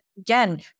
again